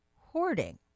hoarding